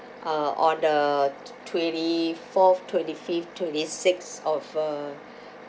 uh on the t~ twenty fourth twenty fifth twenty sixth of uh